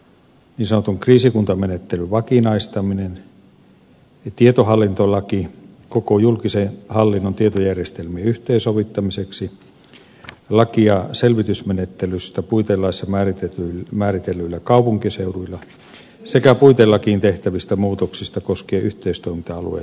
niin sanotun kriisikuntamenettelyn vakinaistaminen ja tietohallintolaki koko julkisen hallinnon tietojärjestelmien yhteensovittamiseksi laki selvitysmenettelystä puitelaissa määritellyillä kaupunkiseuduilla sekä puitelakiin tehtävät muutokset koskien yhteistoiminta alueita ja sosiaalipalveluja